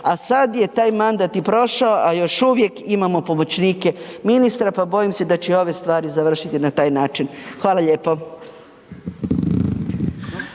a sad je taj mandat i prošao, a još uvijek imamo pomoćnike ministra, pa bojim se da će i ove stvari završiti na taj način. Hvala lijepo.